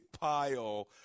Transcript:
pile